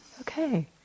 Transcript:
okay